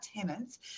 tenants